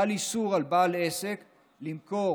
חל איסור על בעל עסק למכור,